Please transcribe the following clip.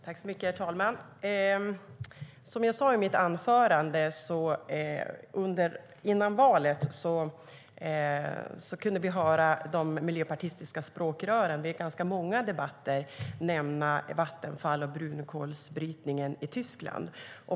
Herr talman! Som jag sade i mitt anförande kunde vi före valet höra de miljöpartistiska språkrören i ganska många debatter nämna Vattenfall och brunkolsbrytningen i Tyskland.